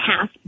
half